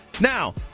now